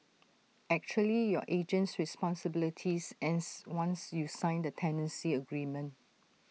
actually your agent's responsibilities ends once you sign the tenancy agreement